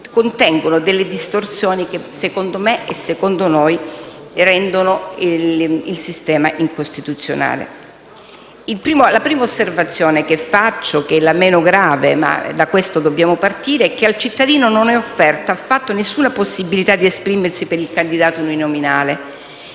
contengono delle distorsioni che, secondo me e secondo noi, rendono il sistema incostituzionale. La prima osservazione che faccio (la meno grave, ma da questo dobbiamo partire) è che al cittadino non è offerta alcuna possibilità di esprimersi per il candidato uninominale.